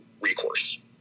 recourse